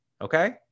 Okay